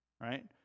right